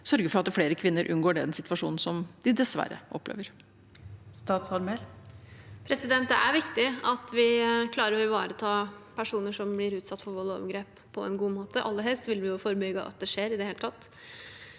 sørge for at flere kvinner unngår den situasjonen som de dessverre opplever? Statsråd Emilie Mehl Det er viktig at vi klarer å ivareta personer som blir utsatt for vold og overgrep, på en god måte. Aller helst vil vi forebygge at det skjer i det hele tatt,